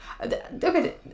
okay